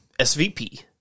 SVP